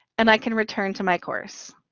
and i can return to my course.